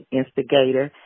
instigator